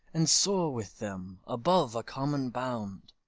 and soar with them above a common bound.